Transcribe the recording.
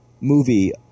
movie